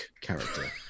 character